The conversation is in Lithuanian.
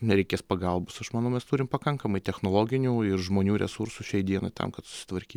nereikės pagalbos aš manau mes turim pakankamai technologinių ir žmonių resursų šiai dienai tam kad susitvarky